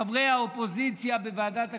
חברי האופוזיציה בוועדת הכספים,